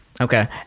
Okay